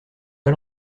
pas